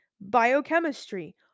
biochemistry